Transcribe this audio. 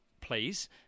Please